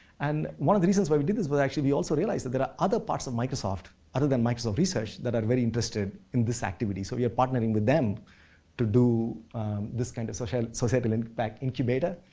and one of the reasons why we did this was actually we also realized that there are other parts of microsoft, other than microsoft research, that are very interested in this activity. so, we are partnering with them to do this kind of so so societal impact incubator.